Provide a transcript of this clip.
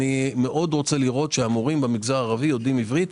אני מאוד רוצה לראות שהמורים במגזר הערבי יודעים עברית.